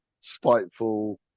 spiteful